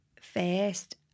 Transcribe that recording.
first